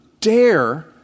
dare